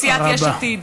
בסיעת יש עתיד.